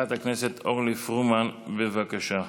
מס' 1382, 1416,